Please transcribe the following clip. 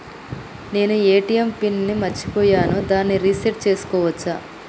నేను ATM pin ని మరచిపోయాను దాన్ని రీ సెట్ చేసుకోవచ్చా?